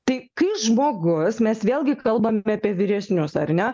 tai kai žmogus mes vėlgi kalbam apie vyresnius ar ne